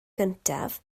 gyntaf